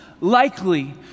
likely